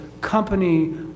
company